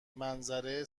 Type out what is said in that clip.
منظره